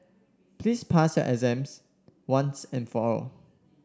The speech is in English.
please pass your exams once and for all